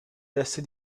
resti